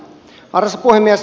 arvoisa puhemies